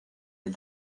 del